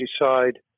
decide